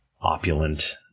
opulent